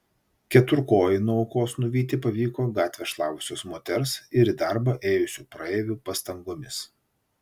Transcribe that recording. keturkojį nuo aukos nuvyti pavyko gatvę šlavusios moters ir į darbą ėjusių praeivių pastangomis